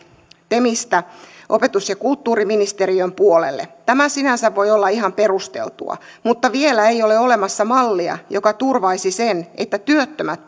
temistä opetus ja kulttuuriministeriön puolelle tämä sinänsä voi olla ihan perusteltua mutta vielä ei ole olemassa mallia joka turvaisi sen että työttömät